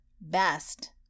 best